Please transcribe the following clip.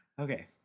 Okay